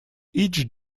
each